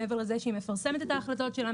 מעבר לזה שהיא מפרסמת את ההחלטות שלה,